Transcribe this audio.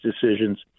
decisions